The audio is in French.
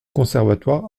conservatoire